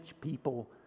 people